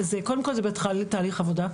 קודם כל התחלנו תהליך עבודה.